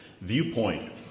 viewpoint